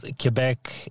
Quebec